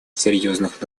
серьезных